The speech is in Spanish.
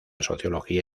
sociología